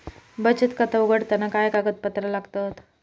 बचत खाता उघडताना काय कागदपत्रा लागतत?